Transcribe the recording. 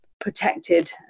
protected